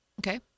okay